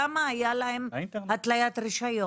כמה היה להם הטלית רישיון?